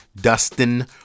Dustin